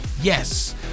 yes